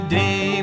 day